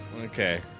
Okay